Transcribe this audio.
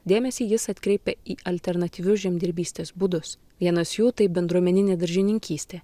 dėmesį jis atkreipia į alternatyvius žemdirbystės būdus vienas jų tai bendruomeninė daržininkystė